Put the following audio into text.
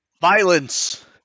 violence